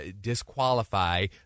disqualify